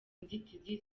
inzitizi